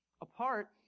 apart